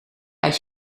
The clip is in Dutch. uit